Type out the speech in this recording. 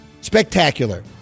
Spectacular